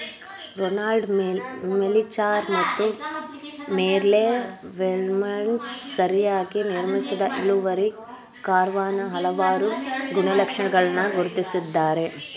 Ronald Melichar ಮತ್ತು Merle Welshons ಸರಿಯಾಗಿ ನಿರ್ಮಿಸಿದ ಇಳುವರಿ ಕರ್ವಾನ ಹಲವಾರು ಗುಣಲಕ್ಷಣಗಳನ್ನ ಗುರ್ತಿಸಿದ್ದಾರೆ